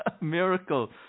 miracle